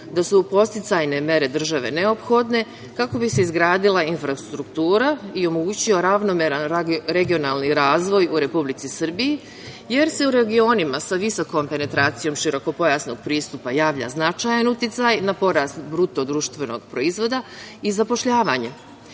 da su podsticajne mere države neophodne, kako bi se izgradila infrastruktura i omogućio ravnomeran regionalni razvoj u Republici Srbiji, jer se u regionima sa visokom penetracijom širokopojasnog pristupa javlja značajan uticaj na porast BDP i zapošljavanja. Pozitivan